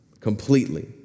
Completely